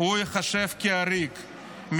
ייחשב כעריק,